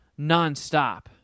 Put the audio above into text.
nonstop